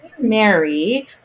mary